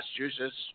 Massachusetts